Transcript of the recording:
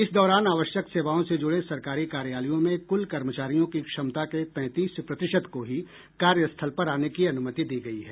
इस दौरान आवश्यक सेवाओं से जुड़े सरकारी कार्यालयों में कुल कर्मचारियों की क्षमता के तैंतीस प्रतिशत को ही कार्यस्थल पर आने की अनुमति दी गयी है